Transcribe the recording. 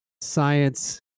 science